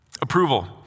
Approval